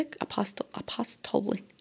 Apostolic